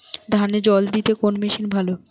ধানে জল দিতে কোন মেশিন ভালো?